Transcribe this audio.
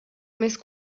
més